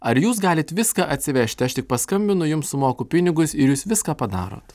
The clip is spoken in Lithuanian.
ar jūs galit viską atsivežti aš tik paskambinu jum sumoku pinigus ir jūs viską padarot